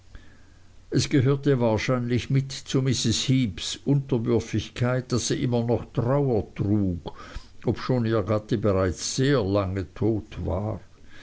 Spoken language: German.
es gehörte wahrscheinlich mit zu mrs heeps unterwürfigkeit daß sie immer noch trauer trug obschon ihr gatte bereits sehr lange zeit tot war